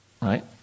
right